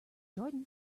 jordan